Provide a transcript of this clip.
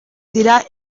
dira